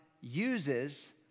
uses